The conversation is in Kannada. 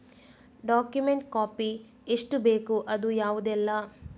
ಡಾಕ್ಯುಮೆಂಟ್ ಕಾಪಿ ಎಷ್ಟು ಬೇಕು ಅದು ಯಾವುದೆಲ್ಲ?